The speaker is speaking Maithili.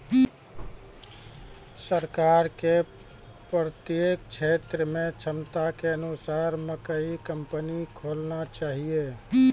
सरकार के प्रत्येक क्षेत्र मे क्षमता के अनुसार मकई कंपनी खोलना चाहिए?